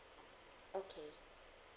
okay